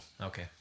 Okay